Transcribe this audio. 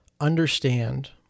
understand